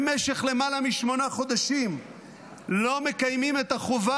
במשך למעלה משמונה חודשים לא מקיימים את החובה